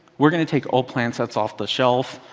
we're going to take old plan sets off the shelf,